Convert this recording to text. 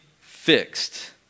fixed